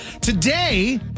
Today